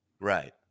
right